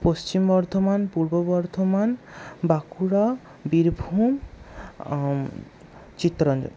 Paschim Bardhaman Purba Bardhaman Bankura Birbhum Chittaranjan